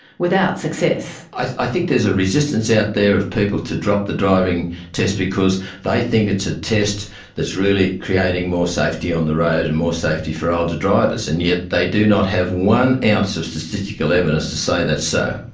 without success. i think there's a resistance out there of people to drop the driving test because they think it's a test that's really creating more safety on the road and more safety for older drivers. and yet they do not have one ounce of statistical evidence to say that's so.